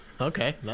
Okay